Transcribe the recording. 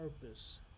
purpose